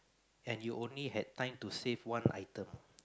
and you only had time to save one item